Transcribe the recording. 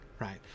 right